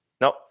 No